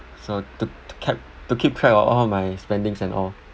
so to kept to keep track of all my spendings and all